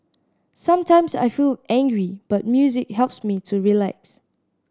sometimes I feel angry but music helps me to relax